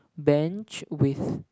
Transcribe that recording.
bench with